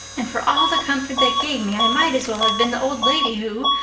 and for all the comfort that gave me i might as well have been the old lady who,